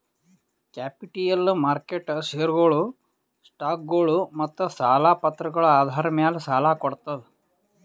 capital market ಷೇರ್ಗೊಳು, ಸ್ಟಾಕ್ಗೊಳು ಮತ್ತ್ ಸಾಲ ಪತ್ರಗಳ್ ಆಧಾರ್ ಮ್ಯಾಲ್ ಸಾಲ ಕೊಡ್ತದ್